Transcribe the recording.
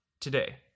today